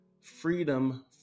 freedom